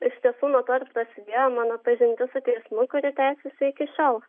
iš tiesų nuo to ir prasidėjo mano pažintis su teismu kuri tęsiasi iki šiol